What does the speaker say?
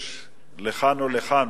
יש לכאן ולכאן,